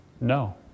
no